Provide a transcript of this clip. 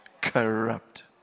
Corrupt